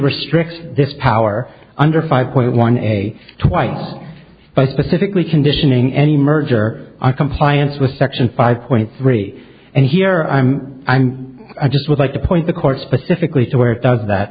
restricts this power under five point one a twice by specifically conditioning any merger are compliance with section five point three and here i'm i'm i just would like to point the court specifically to where